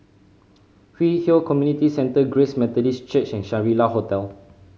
Hwi Yoh Community Centre Grace Methodist Church and Shangri La Hotel